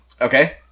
Okay